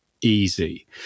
easy